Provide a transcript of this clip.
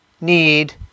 need